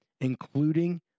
including